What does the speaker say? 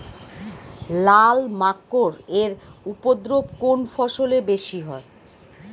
লাল মাকড় এর উপদ্রব কোন ফসলে বেশি হয়?